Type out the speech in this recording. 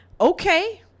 okay